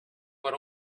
but